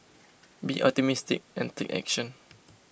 be optimistic and take action